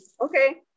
okay